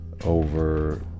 over